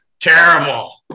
Terrible